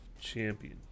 champion